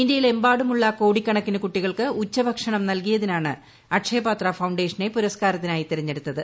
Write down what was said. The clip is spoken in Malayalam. ഇന്ത്യയിലെമ്പാടുമുള്ള കോടിക്കണക്കിന് കുട്ടികൾക്ക് ഉച്ചഭക്ഷണം നൽകിയതിനാണ് അക്ഷയപാത്ര ഫൌണ്ടേഷനെ പുരസ്കാരത്തിനായി തിരഞ്ഞെടുത്തത്